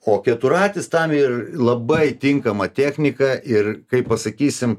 o keturratis tam ir labai tinkama technika ir kaip pasakysim